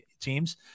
teams